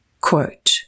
quote